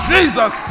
Jesus